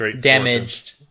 damaged